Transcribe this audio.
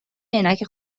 عینک